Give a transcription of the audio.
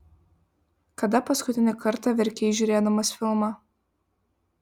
kada paskutinį kartą verkei žiūrėdamas filmą